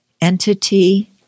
entity